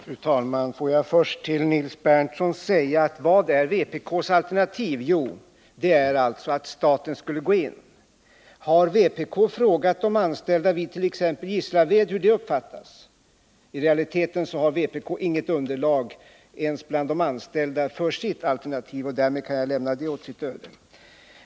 Fru talman! Får jag först vända mig till Nils Berndtson. Vad är vpk:s alternativ? Jo, det är att staten skulle gå in. Har vpk frågat de anställda it.ex. Gislaved om deras uppfattning? I realiteten har vpk inget underlag ens bland de anställda för sitt alternativ. Därmed kan jag lämna den synpunkten åt sitt öde.